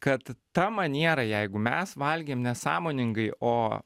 kad ta maniera jeigu mes valgėm nesąmoningai o